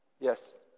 Yes